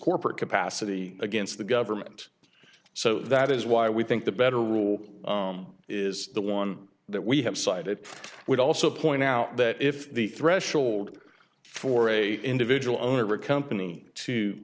corporate capacity against the government so that is why we think the better rule is the one that we have cited would also point out that if the threshold for a individual owner of a company to